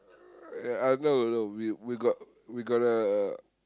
uh no no we we got we got uh